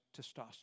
testosterone